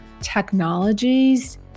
technologies